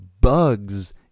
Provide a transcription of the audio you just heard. Bugs